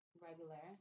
regular